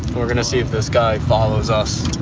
we're gonna see if this guy follows us.